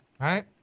right